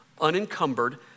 unencumbered